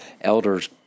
elders